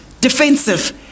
defensive